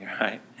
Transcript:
right